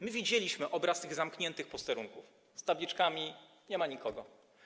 My widzieliśmy obraz tych zamkniętych posterunków z tabliczkami: nie ma nikogo.